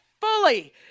fully